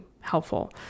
helpful